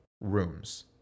rooms